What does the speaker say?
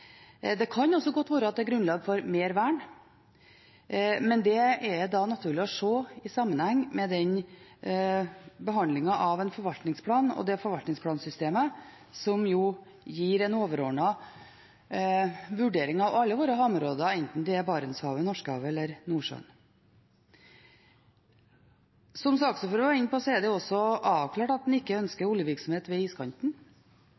Det kan godt være at det er grunnlag for mer vern, men det er det da naturlig å se i sammenheng med behandlingen av en forvaltningsplan og forvaltningsplansystemet, som gir en overordnet vurdering av alle våre havområder, enten det er Barentshavet, Norskehavet eller Nordsjøen. Som saksordføreren var inne på, er det også avklart at en ikke ønsker oljevirksomhet ved iskanten,